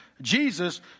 Jesus